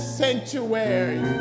sanctuary